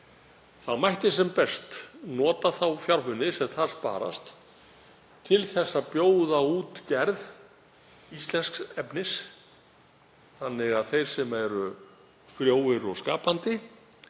tekið mætti sem best nota þá fjármuni sem þar sparast til að bjóða út gerð íslensks efnis þannig að þeir sem eru frjóir og skapandi